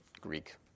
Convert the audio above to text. Greek